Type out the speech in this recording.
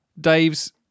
Dave's